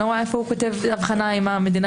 אני לא רואה איפה הוא כותב הבחנה אם המדינה